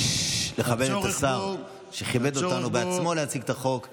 לכבד את השר שכיבד אותנו ומציג את החוק בעצמו,